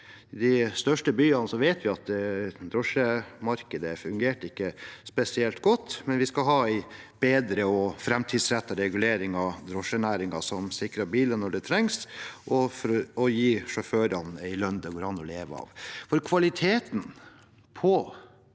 I de største byene vet vi at drosjemarkedet ikke fungerte spesielt godt, men vi skal ha en bedre og framtidsrettet regulering av drosjenæringen, som sikrer biler når det trengs, og som gir sjåførene en lønn det går an å leve av. Kvaliteten på